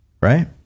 Right